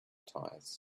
tires